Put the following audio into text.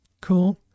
Cool